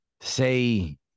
say